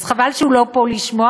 אז חבל שהוא לא פה לשמוע,